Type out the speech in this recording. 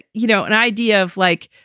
you know, an idea of, like,